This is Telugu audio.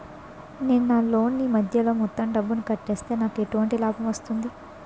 నేను నా లోన్ నీ మధ్యలో మొత్తం డబ్బును కట్టేస్తే నాకు ఎటువంటి లాభం వస్తుంది?